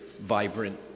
vibrant